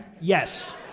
Yes